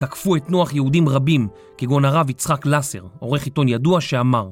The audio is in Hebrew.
תקפו את נוח יהודים רבים כגון הרב יצחק לסר, עורך עיתון ידוע שאמר